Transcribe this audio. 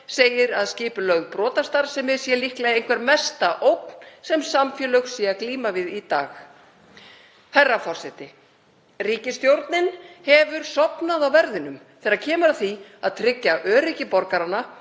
segir að skipulögð brotastarfsemi sé líklega einhver mesta ógn sem samfélög glíma við í dag. Herra forseti. Ríkisstjórnin hefur sofnað á verðinum þegar kemur að því að tryggja öryggi borgaranna